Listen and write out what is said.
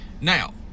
Now